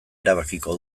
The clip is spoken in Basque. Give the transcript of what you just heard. erabakiko